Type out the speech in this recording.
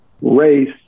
race